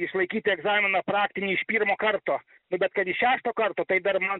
išlaikyti egzaminą praktinį iš pirmo karto nu bet kad iš šešto karto tai dar